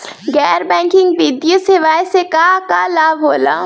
गैर बैंकिंग वित्तीय सेवाएं से का का लाभ होला?